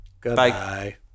Goodbye